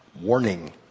warning